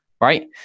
right